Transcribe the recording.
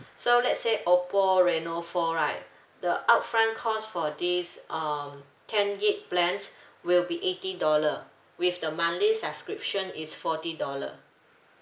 so let's say oppo reno four right the upfront cost for this um ten gig plan will be eighty dollar with the monthly subscription is forty dollar